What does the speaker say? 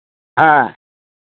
हाँ